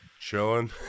Chilling